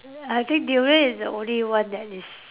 I think durian is the only one that is